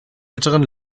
älteren